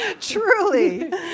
Truly